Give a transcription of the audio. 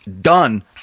Done